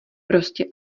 prostě